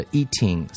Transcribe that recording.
eating